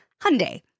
Hyundai